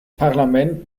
parlament